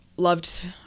loved